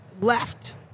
left